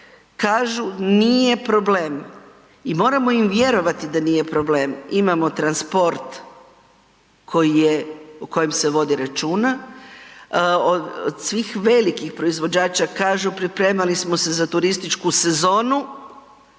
kažu nije problem i moramo im vjerovati da nije problem, imamo transport koji je, o kojem se vodi računa, od svih velikih proizvođača kažu pripremali smo se za turističku sezonu,